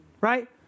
Right